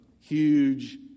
huge